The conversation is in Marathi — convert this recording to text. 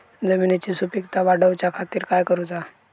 जमिनीची सुपीकता वाढवच्या खातीर काय करूचा?